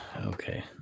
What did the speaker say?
Okay